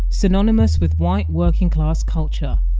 synonymous with white working class culture.